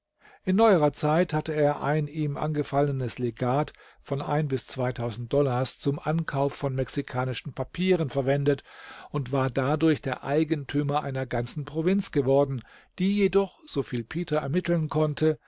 in neuerer zeit hatte er ein ihm angefallenes legat von ein bis zweitausend dollars zum ankauf von mexikanischen papieren verwendet und war dadurch der eigentümer einer ganzen provinz geworden die jedoch soviel peter ermitteln konnte